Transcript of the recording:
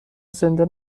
زنده